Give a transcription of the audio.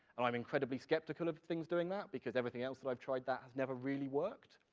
and i'm incredibly skeptical of things doing that, because everything else that i've tried, that has never really worked.